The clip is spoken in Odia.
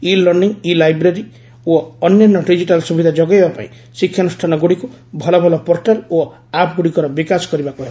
ଇ ଲର୍ଷ୍ଣିଂ ଇ ଲାଇବେରୀ ଓ ଅନ୍ୟାନ୍ୟ ଡିଜିଟାଲ୍ ସୁବିଧା ଯୋଗାଇବା ପାଇଁ ଶିକ୍ଷାନୁଷ୍ଠାନଗୁଡ଼ିକୁ ଭଲଭଲ ପୋର୍ଟାଲ ଓ ଆପ୍ ଗୁଡ଼ିକର ବିକାଶ କରିବାକୁ ହେବ